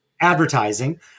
advertising